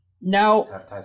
Now